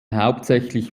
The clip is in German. hauptsächlich